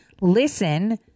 Listen